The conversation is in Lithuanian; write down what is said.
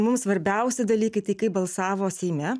mums svarbiausi dalykai tai kaip balsavo seime